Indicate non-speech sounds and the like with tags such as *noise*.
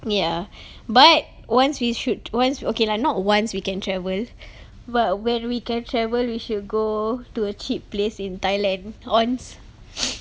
ya but once we sh~ once okay lah not once we can travel but when we can travel we should go to a cheap place in thailand ons *noise*